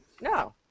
No